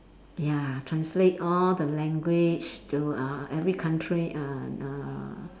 ya translate all the language to uh every country uh uh